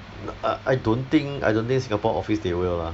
ah uh I don't think I don't think singapore office they will lah